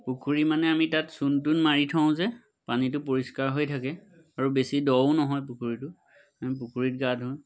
পুখুৰী মানে আমি তাত চূণ তূণ মাৰি থওঁ যে পানীটো পৰিষ্কাৰ হৈ থাকে আৰু বেছি দও নহয় পুখুৰীটো আমি পুখুৰীত গা ধুওঁ